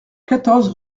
quatorze